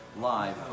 live